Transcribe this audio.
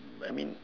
I mean